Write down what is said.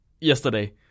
yesterday